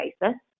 basis